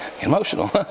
emotional